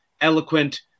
eloquent